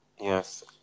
Yes